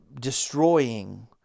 destroying